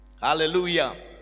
hallelujah